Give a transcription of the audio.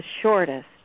shortest